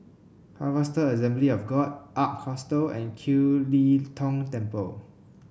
Harvester Assembly of God Ark Hostel and Kiew Lee Tong Temple